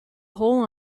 hole